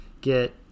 get